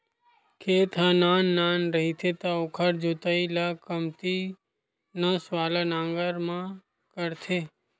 खेत ह नान नान रहिथे त ओखर जोतई ल कमती नस वाला नांगर म करथे